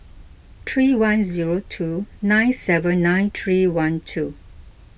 three one zero two nine seven nine three one two